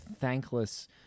thankless